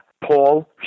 Paul